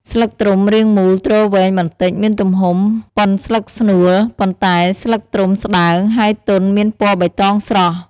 ស្លឹកត្រុំរាងមូលទ្រវែងបន្តិច មានទំហំ ប៉ុនស្លឹកស្នួល ប៉ុន្តែស្លឹកត្រុំស្ដើង ហើយទន់មានពណ៌បៃតងស្រស់។